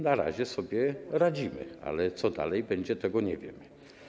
Na razie sobie radzimy, ale co dalej będzie, tego nie wiemy.